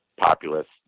populist